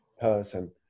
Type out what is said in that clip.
person